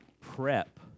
prep